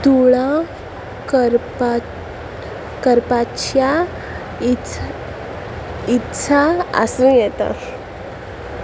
तुळां करपा करपाच्या इत् इत्सा आसूं येता